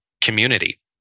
community